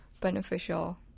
beneficial